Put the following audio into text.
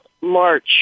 march